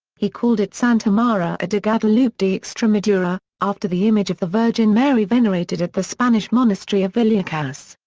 he called it santa maria de guadalupe de extremadura, after the image of the virgin mary venerated at the spanish monastery of villuercas,